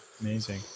Amazing